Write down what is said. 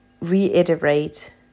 reiterate